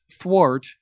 thwart